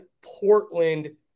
Portland